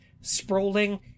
sprawling